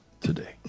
today